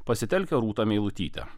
pasitelkia rūtą meilutytę